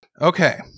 Okay